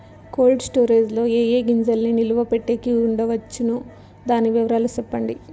Cold storage లో ఏ ఏ గింజల్ని నిలువ పెట్టేకి ఉంచవచ్చును? దాని వివరాలు సెప్పండి?